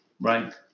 right